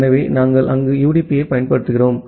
எனவே நாங்கள் அங்கு யுடிபியைப் பயன்படுத்துகிறோம்